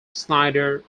snyder